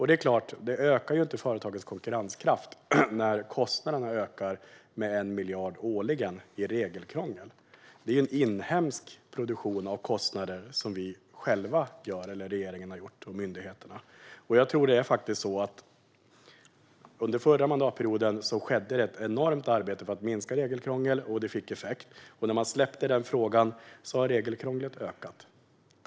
Det är klart att det inte ökar företagens konkurrenskraft när kostnaderna för regelkrångel ökar med 1 miljard årligen. Det är en inhemsk produktion av kostnader som regeringen och myndigheterna har skapat. Under den förra mandatperioden skedde det ett enormt arbete för att minska regelkrånglet, och det fick effekt. När man släppte den frågan har regelkrånglet ökat.